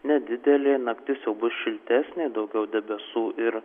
nedidelė naktis jau bus šiltesnė daugiau debesų ir